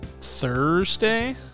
Thursday